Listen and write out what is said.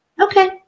Okay